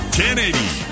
1080